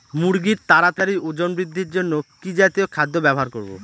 মুরগীর তাড়াতাড়ি ওজন বৃদ্ধির জন্য কি জাতীয় খাদ্য ব্যবহার করব?